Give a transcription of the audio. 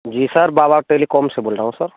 जी sir Baba telecom से बोल रहा हूॅं सर